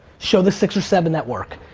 show the six or seven that work.